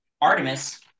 Artemis